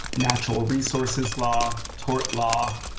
natural resources law, tort law,